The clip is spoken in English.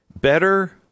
better